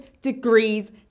degrees